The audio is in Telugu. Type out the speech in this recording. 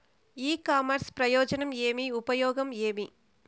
ఇ కామర్స్ ప్రయోజనం ఏమి? ఉపయోగం ఏమి?